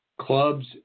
clubs